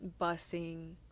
busing